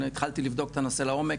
התחלתי לבדוק את הנושא לעומק,